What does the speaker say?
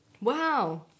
Wow